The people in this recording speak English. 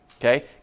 okay